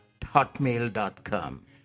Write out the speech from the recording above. hotmail.com